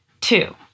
Two